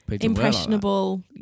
impressionable